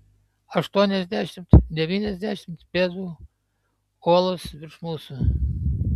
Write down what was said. aštuoniasdešimt devyniasdešimt pėdų uolos virš mūsų